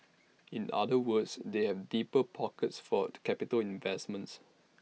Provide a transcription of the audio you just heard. in other words they have deeper pockets fort capital investments